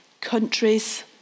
countries